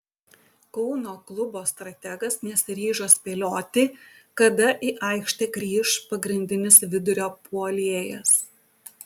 kauno klubo strategas nesiryžo spėlioti kada į aikštę grįš pagrindinis vidurio puolėjas